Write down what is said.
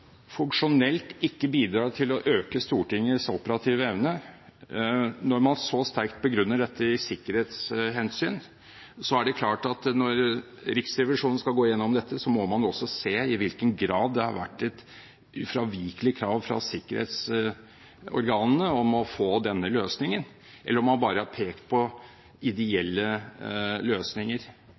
funksjonelt ikke bidrar til å øke Stortingets operative evne og man så sterkt begrunner dette med sikkerhetshensyn, er det klart at når Riksrevisjonen skal gå igjennom dette, må man også se på i hvilken grad det har vært et ufravikelig krav fra sikkerhetsorganene om å få denne løsningen, eller om man bare har pekt på ideelle løsninger.